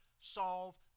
solve